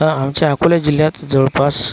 हा आमच्या अकोला जिल्ह्यात जवळपास